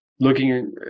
looking